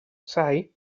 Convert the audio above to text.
sai